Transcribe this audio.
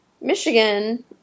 Michigan